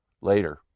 later